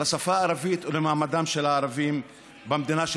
לשפה הערבית ולמעמדם של הערבים במדינה,